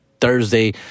thursday